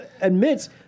admits